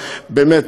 באמת,